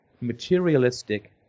materialistic